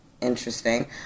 Interesting